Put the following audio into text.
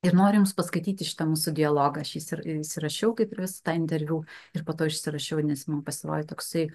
ir noriu jums paskaityti šitą mūsų dialogą aš jį įsi įsirašiau kaip ir visą tą interviu ir po to išsirašiau nes man pasirodė toksai